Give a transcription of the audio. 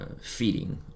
feeding